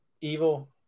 Evil